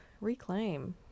reclaim